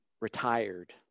retired